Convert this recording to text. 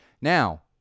now